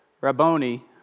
Rabboni